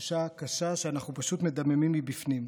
תחושה קשה שאנחנו פשוט מדממים מבפנים.